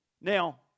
Now